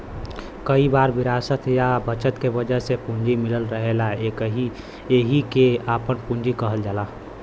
कई बार विरासत या बचत के वजह से पूंजी मिलल रहेला एहिके आपन पूंजी कहल जाला